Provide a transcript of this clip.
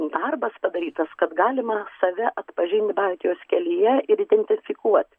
darbas padarytas kad galima save atpažint baltijos kelyje ir identifikuot